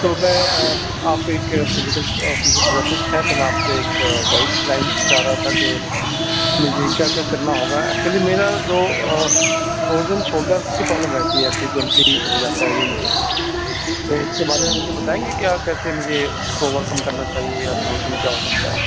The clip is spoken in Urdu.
تو میں آپ ایک فزیکل فیزیوتراپسٹ ہیں تو میں آپ سے ایک گائیڈ لائن چاہ رہا تھا کہ مجھے کیا کیا کرنا ہوگا ایکچولی میرا جو پروز اینڈ شولڈر کی پرابلم رہتی ہے فریکوئینٹلی ہو جاتا ہے یہ مجھے تو اس کے بارے میں مجھے بتائیں گے کیا کیسے مجھے اس کو اوور کم کرنا چاہیے یا سلیوشن کیا ہو سکتا ہے